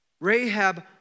Rahab